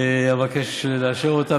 אבקש לאשר אותה.